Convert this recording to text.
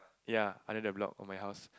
ya under the block of my house